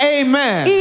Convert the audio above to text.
amen